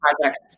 projects